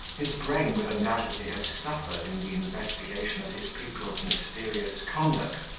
his brain would undoubtedly have suffered in the investigation of his pupil's mysterious conduct,